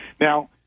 Now